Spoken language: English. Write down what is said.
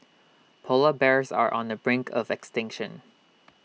Polar Bears are on the brink of extinction